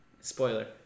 spoiler